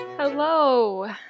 Hello